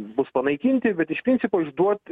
bus panaikinti bet iš principo išduoti